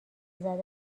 زدن